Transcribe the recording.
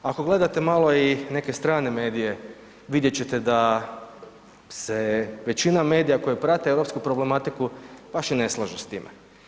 Ako gledate malo i neke strane medije vidjet ćete da se većina medija koji prate EU problematiku baš i ne slažu s tim.